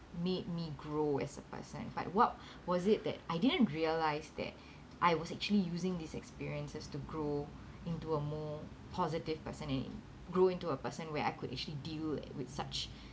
made me grow as a person but what was it that I didn't realise that I was actually using these experiences to grow into a more positive person and grew into a person where I could actually deal with such